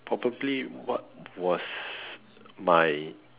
probably what was my